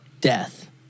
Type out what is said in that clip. death